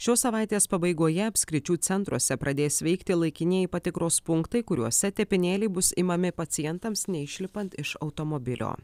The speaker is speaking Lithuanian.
šios savaitės pabaigoje apskričių centruose pradės veikti laikinieji patikros punktai kuriuose tepinėliai bus imami pacientams neišlipant iš automobilio